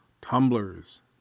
tumblers